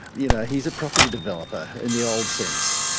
you know he's a property developer in the old sense.